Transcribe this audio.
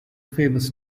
famous